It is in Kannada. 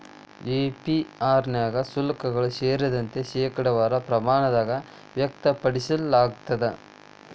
ಎ.ಪಿ.ಆರ್ ನ್ಯಾಗ ಶುಲ್ಕಗಳು ಸೇರಿದಂತೆ, ಶೇಕಡಾವಾರ ಪ್ರಮಾಣದಾಗ್ ವ್ಯಕ್ತಪಡಿಸಲಾಗ್ತದ